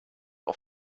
auf